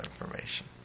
information